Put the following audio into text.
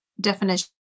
definition